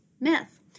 myth